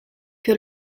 que